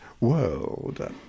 world